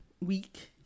week